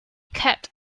kept